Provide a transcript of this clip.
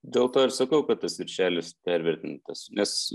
dėl to ir sakau kad tas viršelis pervertintas nes